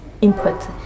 input